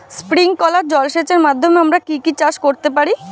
Sprinkler জলসেচের মাধ্যমে আমরা কি কি চাষ করতে পারি?